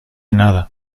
nada